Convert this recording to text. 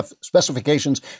specifications